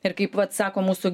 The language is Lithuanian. ir kaip vat sako mūsų